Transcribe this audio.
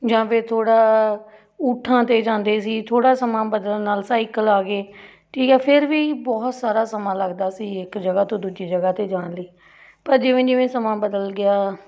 ਜਾਂ ਫਿਰ ਥੋੜ੍ਹਾ ਊਠਾਂ 'ਤੇ ਜਾਂਦੇ ਸੀ ਥੋੜ੍ਹਾ ਸਮਾਂ ਬਦਲਣ ਨਾਲ ਸਾਈਕਲ ਆ ਗਏ ਠੀਕ ਹੈ ਫਿਰ ਵੀ ਬਹੁਤ ਸਾਰਾ ਸਮਾਂ ਲੱਗਦਾ ਸੀ ਇੱਕ ਜਗ੍ਹਾ ਤੋਂ ਦੂਜੀ ਜਗ੍ਹਾ 'ਤੇ ਜਾਣ ਲਈ ਪਰ ਜਿਵੇਂ ਜਿਵੇਂ ਸਮਾਂ ਬਦਲ ਗਿਆ